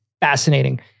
fascinating